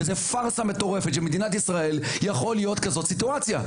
וזה פארסה מטורפת שבמדינת ישראל יכול להיות כזאת סיטואציה,